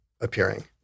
appearing